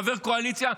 חבר קואליציה,